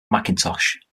mcintosh